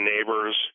neighbor's